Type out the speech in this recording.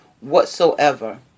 whatsoever